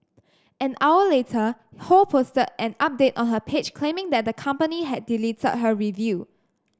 an hour later Ho posted an update on her page claiming that the company had deleted her review